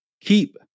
keep